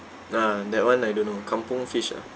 ah that [one] I don't know kampung fish ah